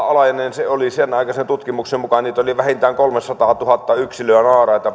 se oli senaikaisen tutkimuksen mukaan niitä naaraita oli vähintään kolmesataatuhatta yksilöä